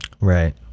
Right